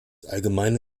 allgemeine